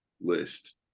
list